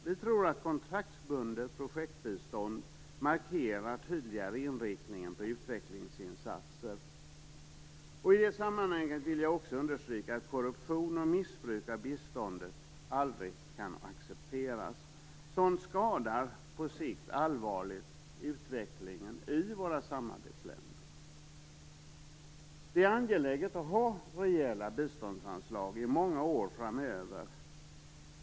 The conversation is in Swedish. Vi tror att kontraktsbundet projektbistånd tydligare markerar inriktningen på utvecklingsinsatser. I det sammanhanget vill jag också understryka att korruption och missbruk av biståndet aldrig kan accepteras. Sådant skadar på sikt allvarligt utvecklingen i våra samarbetsländer. Det är angeläget att ha rejäla biståndsanslag i många år framöver.